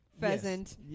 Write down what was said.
Pheasant